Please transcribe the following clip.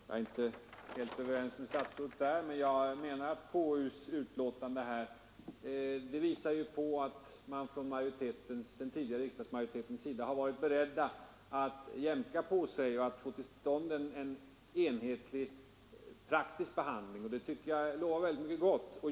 Jag är inte helt överens med statsrådet där, men jag menar att konstitutionsutskottets betänkande visar att den tidigare riksdagsmajoriteten varit beredd att jämka på sin ståndpunkt och få till stånd en enhetlig praktisk behandling. Det tycker jag lovar mycket gott.